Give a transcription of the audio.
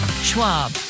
Schwab